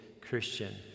Christian